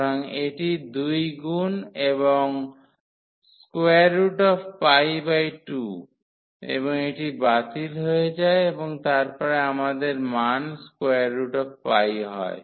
সুতরাং এটি দুই গুন এবং 2 এবং এটি বাতিল হয়ে যায় এবং তারপরে আমাদের মান হয়